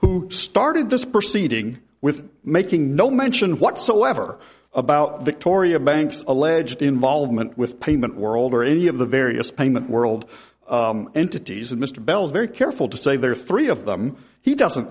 who started this proceeding with making no mention whatsoever about victoria banks alleged involvement with payment world or any of the various payment world entities that mr bell is very careful to say there are three of them he doesn't